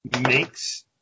makes –